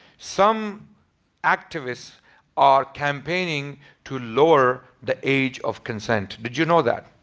some activists are campaigning to lower the age of consent. did you know that?